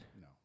No